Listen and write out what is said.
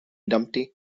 dumpty